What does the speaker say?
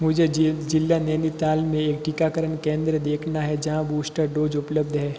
मुझे जिल ज़िला नैनीताल में एक टीकाकरण केंद्र देखना है जहाँ बूस्टर डोज़ उपलब्ध है